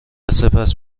سپس